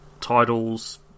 titles